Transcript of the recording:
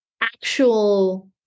actual